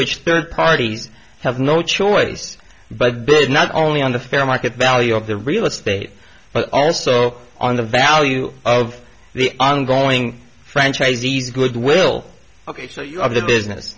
which third parties have no choice but not only on the fair market value of the real estate but also on the value of the ongoing franchisees goodwill ok so you have the business